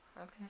Okay